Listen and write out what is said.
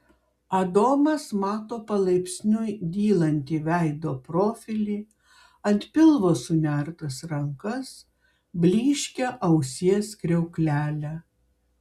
adomas mato palaipsniui dylantį veido profilį ant pilvo sunertas rankas blyškią ausies kriauklelę